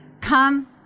Come